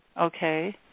Okay